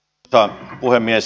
arvoisa puhemies